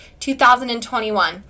2021